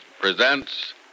presents